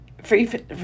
Free